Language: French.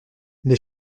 les